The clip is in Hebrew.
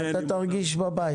אתה תרגיש בבית.